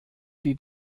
die